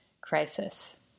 crisis